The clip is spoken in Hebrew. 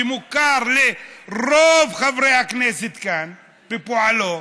שמוכר לרוב חברי הכנסת כאן בפועלו,